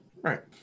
Right